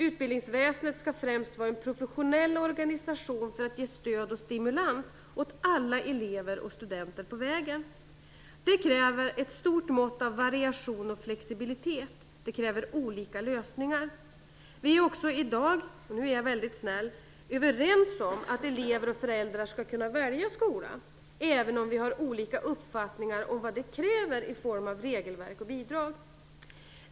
Utbildningsväsendet skall främst vara en professionell organisation för att ge stöd och stimulans åt alla elever och studenter på vägen. Det kräver ett stort mått av variation och flexibilitet. Det kräver alltså olika lösningar. Vi är i dag, och nu är jag väldigt snäll, överens om att elever och föräldrar skall kunna välja skola, även om vi har olika uppfattningar om vad det kräver i form av regelverk och bidrag.